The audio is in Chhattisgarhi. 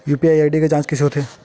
यू.पी.आई के के जांच कइसे होथे?